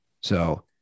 So-